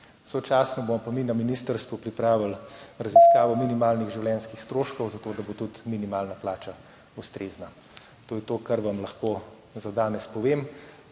Sočasno bomo pa mi na ministrstvu pripravili raziskavo minimalnih življenjskih stroškov, zato da bo tudi minimalna plača ustrezna. To je to, kar vam lahko za danes povem.